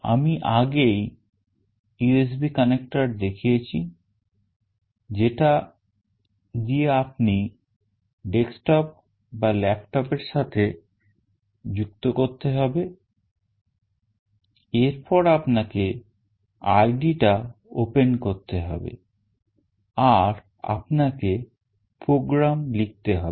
আমি আগেই USB connector দেখিয়েছি যেটা দিয়ে আপনাকে desktop বা laptop এর সাথে যুক্ত করতে হবেএরপর আপনাকে id টা open করতে হবে আর আপনাকে program লিখতে হবে